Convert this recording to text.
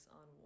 on